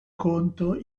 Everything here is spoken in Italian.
contro